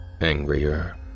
Angrier